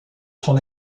son